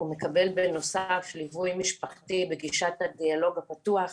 הוא מקבל בנוסף ליווי משפחתי בגישת הדיאלוג הפתוח,